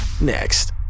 Next